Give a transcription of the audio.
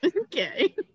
okay